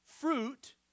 fruit